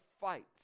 fight